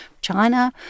China